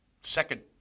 second